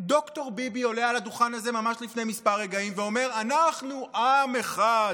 ד"ר ביבי עולה על הדוכן הזה ממש לפני רגעים מספר ואומר: אנחנו עם אחד,